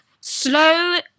slow